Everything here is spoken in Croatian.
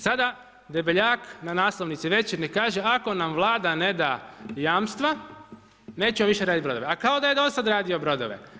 Sada Debeljak na naslovnici Večernjeg kaže „Ako nam Vlada ne da jamstva, nećemo više raditi brodove.“ A kao da je do sad radio brodove.